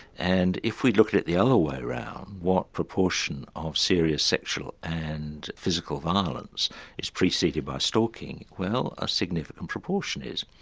and if we look at it the other way around, what proportion of serious sexual and physical violence is preceded by stalking? well a significant proportion is.